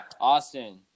Austin